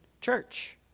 church